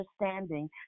understanding